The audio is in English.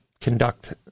conduct